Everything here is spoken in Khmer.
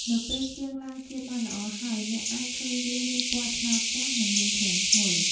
នៅពេលសៀងឡើងជាតិបានល្អហើយ អ្នកអាចឃើញវាមានពណ៌ត្នោតចាស់ និងមានក្លិនឈ្ងុយ។